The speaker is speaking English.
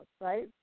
right